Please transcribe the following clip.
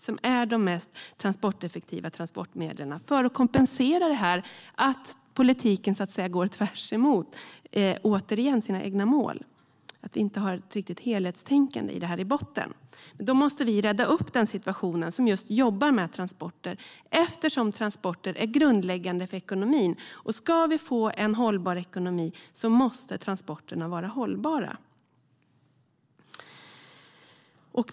De är de mest transporteffektiva transportmedlen - för att kompensera att politiken går tvärtemot sina egna mål. Det finns inte ett riktigt helhetstänkande i botten. Vi som jobbar med transportfrågor måste rädda situationen eftersom transporter är grundläggande för ekonomin. Om vi ska få en hållbar ekonomi måste transporterna vara hållbara.